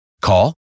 Call